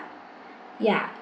ya